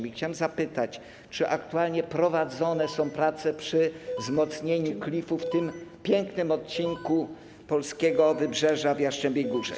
I chciałem zapytać: Czy aktualnie prowadzone są prace przy wzmocnieniu klifu na tym pięknym odcinku polskiego wybrzeża w Jastrzębiej Górze?